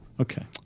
Okay